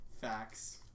Facts